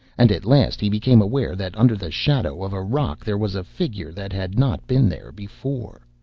and at last he became aware that under the shadow of a rock there was a figure that had not been there before.